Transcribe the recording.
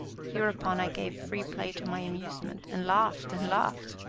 hereupon i gave free play to my amusement, and laughed, and laughed,